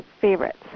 favorites